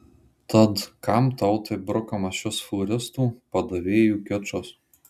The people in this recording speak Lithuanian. tad kam tautai brukamas šis fūristų padavėjų kičas